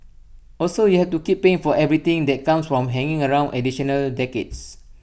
also you have to keep paying for everything that comes from hanging around additional decades